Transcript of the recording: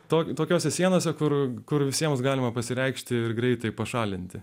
tokį tokiose sienose kur kur visiems galima pasireikšti ir greitai pašalinti